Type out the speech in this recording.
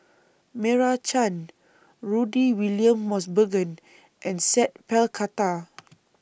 Meira Chand Rudy William Mosbergen and Sat Pal Khattar